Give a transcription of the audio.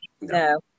No